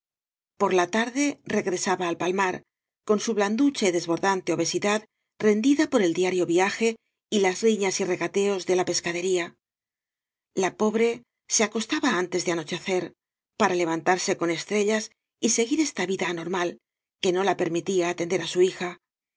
por la tarde regresaba al palmar con su blanducha y desbordante obesidad rendida por el diario viaje y las riñas y regateos de la pescadería la pobre se acostaba antes de anochecer para levantarse con estrellas y seguir esta vida anormal que no la permitía atender á su hija